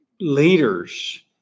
leaders